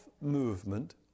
movement